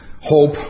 hope